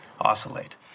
Oscillate